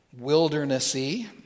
wildernessy